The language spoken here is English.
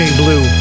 blue